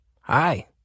Hi